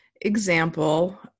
example